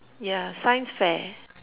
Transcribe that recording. ya science fair